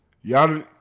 Y'all